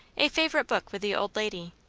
a favourite book with the old lady.